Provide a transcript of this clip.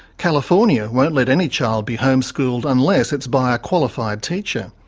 california won't let any child be homeschooled unless it's by a qualified teacher.